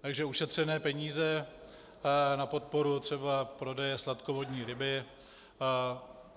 Takže ušetřené peníze na podporu třeba prodeje sladkovodní ryby